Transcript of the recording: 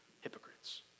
hypocrites